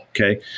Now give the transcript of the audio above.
okay